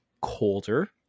colder